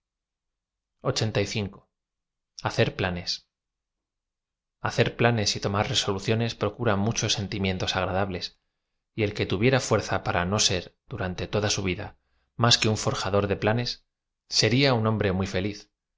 ti h acer planes y tomar resoluciones procura muchos sentimientos agradables y el que tuviera fuerza para no ser durante toda su vida máa que un forjador de planes sería un hombre muy fe